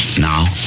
now